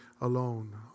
alone